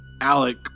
Alec